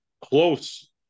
close